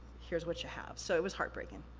here's what you have. so, it was heartbreaking.